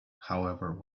however